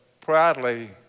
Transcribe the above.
proudly